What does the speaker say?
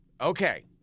Okay